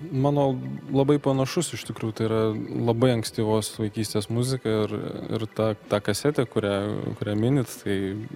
mano labai panašus iš tikrųjų tai yra labai ankstyvos vaikystės muzika ir ir ta ta kasetė kurią kuria minit tai